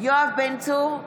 יואב בן צור,